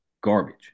garbage